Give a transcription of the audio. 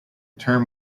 term